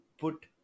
put